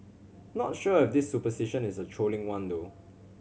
not sure if this superstition is a trolling one though